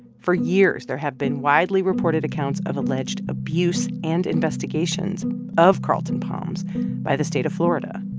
for years, there have been widely reported accounts of alleged abuse and investigations of carlton palms by the state of florida.